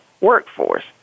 workforce